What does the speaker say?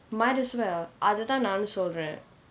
might as well அது தான் நானும் சொல்றேன்:athu thaan naanum solren